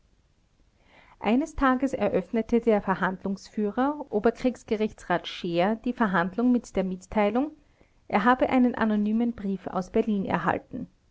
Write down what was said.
eines tages eröffnete der verhandlungsführer oberkriegsgerichtsrat scheer die verhandlung mit der mitteilung er habe einen anonymen brief aus berlin erhalten